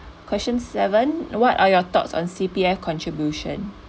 question seven what are your thoughts on C_P_F contribution